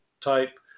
type